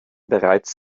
bereits